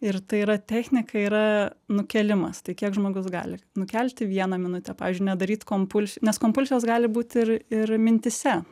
ir tai yra technika yra nukėlimas tai kiek žmogus gali nukelti vieną minutę pavyzdžiui nedaryt kompuls nes kompulsijos gali būt ir ir mintyse